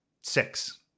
Six